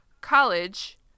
college